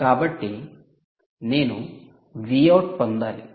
కాబట్టి నేను Vout పొందాలి